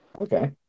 okay